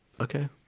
Okay